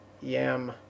yam